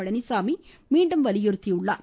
பழனிசாமி மீண்டும் வலியுறுத்தியுள்ளார்